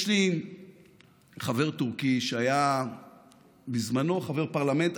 יש לי חבר טורקי שהיה בזמנו חבר פרלמנט.